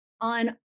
on